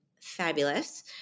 fabulous